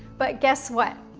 but guess what?